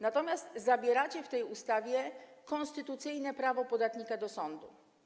Natomiast zabieracie w tej ustawie konstytucyjne prawo podatnika do sądu.